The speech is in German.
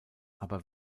aber